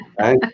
right